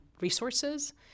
resources